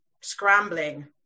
scrambling